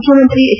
ಮುಖ್ಡಮಂತ್ರಿ ಹೆಚ್